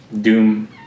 doom